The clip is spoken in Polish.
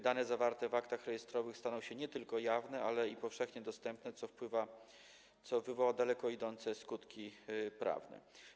Dane zawarte w aktach rejestrowych staną się nie tylko jawne, ale i powszechnie dostępne, co wywoła daleko idące skutki prawne.